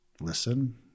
listen